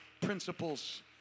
principles